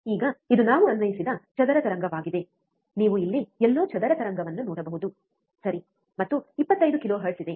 ಈಗ ಇದು ನಾವು ಅನ್ವಯಿಸಿದ ಚದರ ತರಂಗವಾಗಿದೆ ನೀವು ಇಲ್ಲಿ ಎಲ್ಲೋ ಚದರ ತರಂಗವನ್ನು ನೋಡಬಹುದು ಸರಿ ಮತ್ತು 25 ಕಿಲೋಹೆರ್ಟ್ಜ್ ಇದೆ